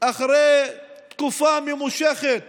אחרי תקופה ממושכת